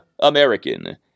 American